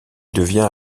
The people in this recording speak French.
devient